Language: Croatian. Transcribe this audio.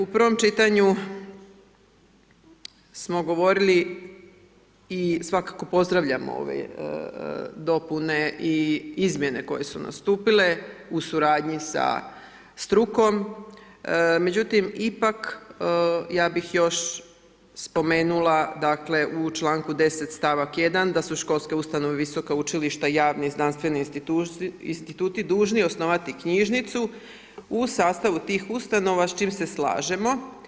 U prvom čitanju smo govorili i svakako pozdravljamo ove dopune i izmjene koje su nastupile u suradnji sa strukom međutim ipak ja bih još spomenula dakle u članku 10. stavak 1. da su školske ustanove i visoka učilišta i javni, znanstveni instituti dužni osnovati knjižnicu u sastavu tih ustanova s čime se slažemo.